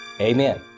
Amen